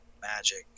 magic